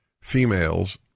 females